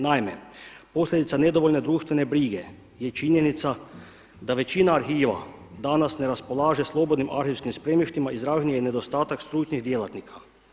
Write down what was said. Naime, posljedica nedovoljne društvene brige je činjenica da većina arhiva danas ne raspolaže slobodnim arhivskim spremištima, izražen je nedostatak stručnih djelatnika.